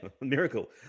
Miracle